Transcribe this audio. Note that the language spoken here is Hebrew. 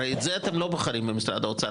הרי זה אתם לא בוחרים במשרד האוצר.